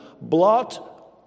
blot